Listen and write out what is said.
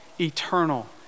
eternal